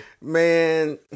Man